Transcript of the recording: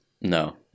No